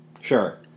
Sure